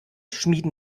schmieden